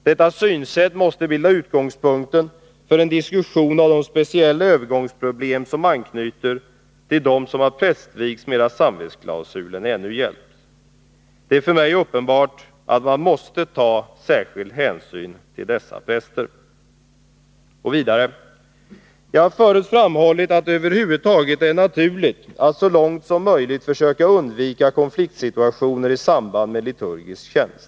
Detta synsätt måste bilda utgångspunkten för en diskussion av de speciella övergångsproblem som anknyter till dem som har prästvigts medan samvetsklausulen ännu gällt. Det är för mig uppenbart att man måste ta särskild hänsyn till dessa präster.” ”Jag har förut framhållit att det över huvud taget är naturligt att så långt som möjligt försöka undvika konfliktsituationer i samband med liturgisk tjänst.